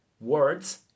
words